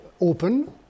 open